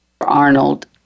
Arnold